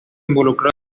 involucrado